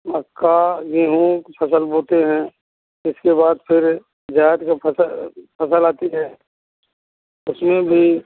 मक्का गेहूँ की फ़सल बोते हैं इसके बाद फिर जाड़ का फ़सल फ़सल आती है उसमें भी